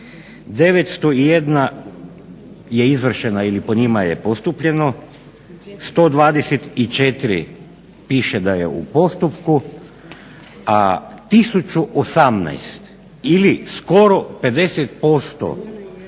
901 je izvršena ili po njima je postupljeno 124 piše da je u postupku a 1018 ili skoro 50%